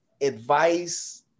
advice